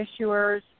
issuers